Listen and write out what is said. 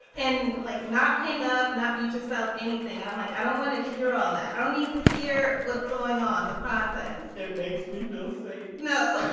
and like not hang up. not mute yourself. anything. and i'm like, i don't want to hear all that. i don't need to hear what's going on, the process! it makes me feel safe, no!